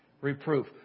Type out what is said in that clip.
reproof